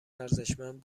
ارزشمند